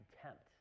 contempt